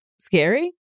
Scary